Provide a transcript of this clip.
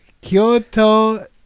Kyoto